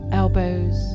elbows